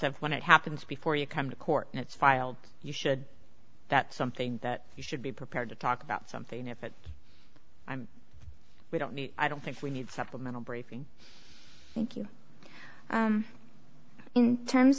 of when it happens before you come to court and it's filed you should that something that you should be prepared to talk about something if it i'm we don't need i don't think we need supplemental briefing thank you in terms